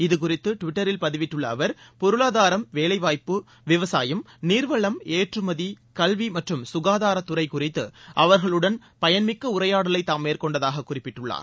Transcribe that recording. இதுகுறித்து ட்விட்டரில் பதிவிட்டுள்ள அவர் பொருளாதாரம் வேலைவாய்ப்பு விவசாயம் நீர்வளம் ஏற்றுமதி கல்வி மற்றும் ககாதாரத்துறை குறித்து அவர்களுடன் பயன்மிக்க உரையாடலை தாம் மேற்கொண்டதாக குறிப்பிட்டுள்ளார்